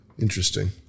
Interesting